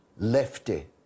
Lefty